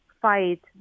fight